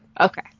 Okay